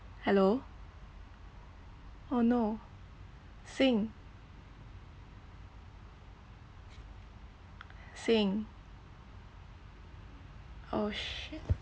hello oh no xing xing oh shit